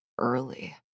early